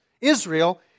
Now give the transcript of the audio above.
Israel